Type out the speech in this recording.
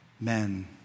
men